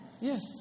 Yes